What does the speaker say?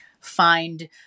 find